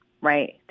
right